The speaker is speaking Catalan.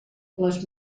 les